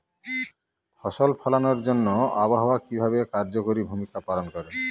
ফসল ফলানোর জন্য আবহাওয়া কিভাবে কার্যকরী ভূমিকা পালন করে?